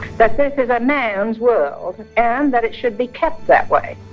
that this is a man's world and that it should be kept that way